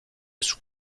sous